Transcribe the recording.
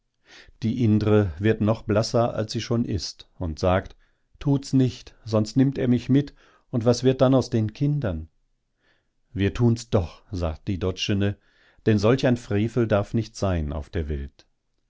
die indre wird noch blasser als sie schon ist und sagt tut's nicht sonst nimmt er mich mit und was wird dann aus den kindern wir tun's doch sagt die doczene denn solch ein frevel darf nicht sein auf der welt